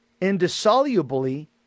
indissolubly